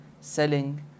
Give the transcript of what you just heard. Selling